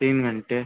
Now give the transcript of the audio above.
तीन घंटे